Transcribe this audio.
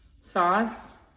sauce